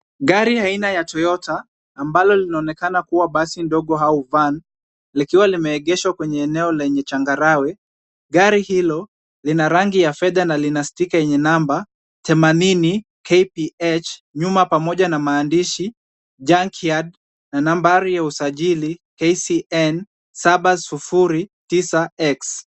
Gari aina ya Toyota ambalo linaonekana kuwa basi ndogo au van , likiwa limeegeshwa kwenye eneo lenye changarawe. Gari hilo lina rangi ya fedha na lina stika yenye namba 80 Kph nyuma, pamoja na maandishi Jankyard na nambari ya usajili KCN 709X.